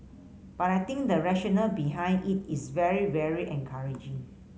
but I think the rationale behind it is very very encouraging